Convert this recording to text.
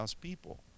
people